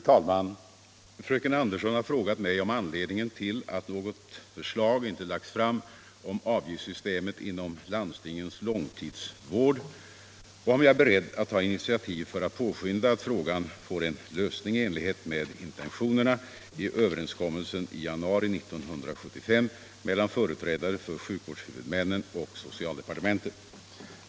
Fru talman! Fröken Andersson har frågat mig om anledningen till att något förslag inte lagts fram om avgiftssystemet inom landstingens långtidsvård och om jag är beredd att ta initiativ för att påskynda att frågan får en lösning i enlighet med intentionerna i överenskommelsen i januari 1975 mellan företrädare för sjukvårdshuvudmännen och socialdepartementet.